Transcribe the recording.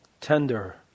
tender